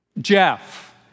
Jeff